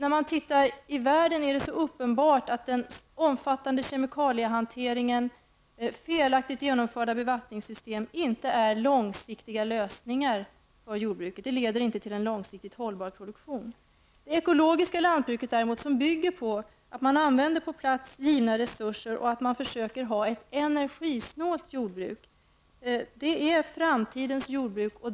Om man ser sig omkring i världen är det uppenbart att omfattande kemikaliehantering och felaktigt genomförda bevattningssystem inte är långsiktiga lösningar för jordbruket. Det leder inte till en långsiktigt hållbar produktion. Det ekologiska lantbruket däremot, som bygger på att man använder på plats givna resurser och försöker ha ett energisnålt jordbruk, är framtidens jordbruk.